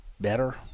better